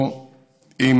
או אם